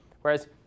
Whereas